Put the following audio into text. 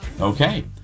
Okay